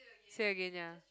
say again ya